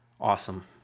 awesome